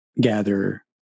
gather